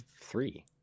three